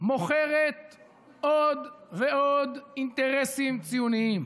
מוכרת עוד ועוד אינטרסים ציוניים.